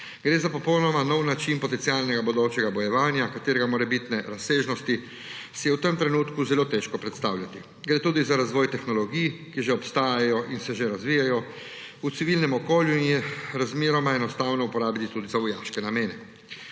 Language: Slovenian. Gre za popolnoma nov način potencialnega bodočega bojevanja, katerega morebitne razsežnosti si je v tem trenutku zelo težko predstavljati. Gre tudi za razvoj tehnologij, ki že obstajajo in se že razvijajo v civilnem okolju in jih razmeroma enostavno uporabili tudi za vojaške namene.